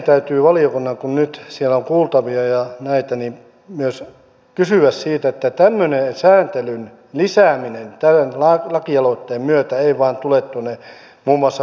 täytyy valiokunnan kun nyt siellä on kuultavia ja näitä myös kysyä siitä että tämmöinen sääntelyn lisääminen tämän lakialoitteen myötä ei vaan tule muun muassa pieniin yrityksiin